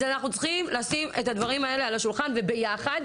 אז אנחנו צריכים לשים את הדברים האלה על השולחן וביחד,